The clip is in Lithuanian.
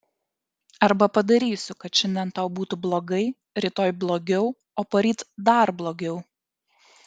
arba padarysiu kad šiandien tau būtų blogai rytoj blogiau o poryt dar blogiau